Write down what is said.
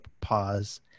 pause